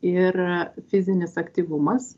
ir fizinis aktyvumas